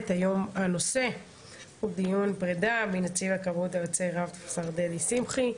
הנושא הוא דיון פרידה מנציב הכבאות היוצא דדי שמחי.